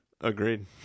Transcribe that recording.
agreed